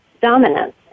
Dominance